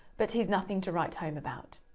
but he's nothing to write home about.